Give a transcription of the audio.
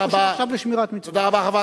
תודה רבה.